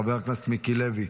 חבר הכנסת מיקי לוי.